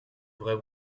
vrais